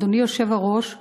אדוני היושב-ראש,